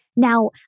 Now